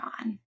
on